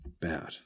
Bad